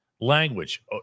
language